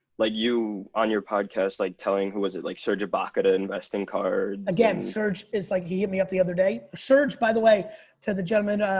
like you on your podcast, like telling who was it? like serge ibaka to invest in cards. again surge is like, he hit me up the other day, surge by the way to the gentlemen,